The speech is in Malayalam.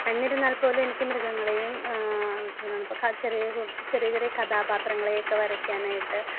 എന്നിരുന്നാൽ പോലും എനിക്ക് മൃഗങ്ങളെയും എന്താണ് ഇപ്പോൾ ചെറിയ ചെറിയ കഥാപാത്രങ്ങളെയൊക്കെ വരയ്ക്കാനായിട്ട്